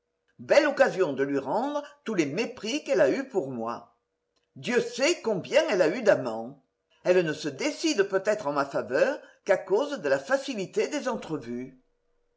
belle occasion de lui rendre tous les mépris qu'elle a eus pour moi dieu sait combien elle a eu d'amants elle ne se décide peut-être en ma faveur qu'à cause de la facilité des entrevues